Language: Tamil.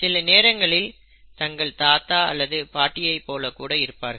சில நேரங்களில் தங்கள் தாத்தா அல்லது பாட்டியைப் போல கூட இருப்பார்கள்